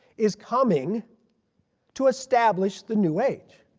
is coming to establish the new age.